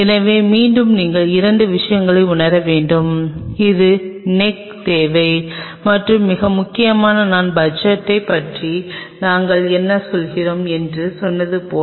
எனவே மீண்டும் நீங்கள் இரண்டு விஷயங்களை உணர வேண்டும் இது நெக் தேவை மற்றும் மிக முக்கியமாக நான் பட்ஜெட்டைப் பற்றி நாங்கள் என்ன சொல்கிறோம் என்று சொன்னது போல